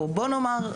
או בוא נאמר,